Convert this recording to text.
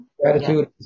gratitude